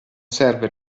serve